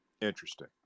Interesting